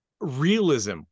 realism